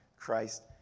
Christ